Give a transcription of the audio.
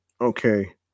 okay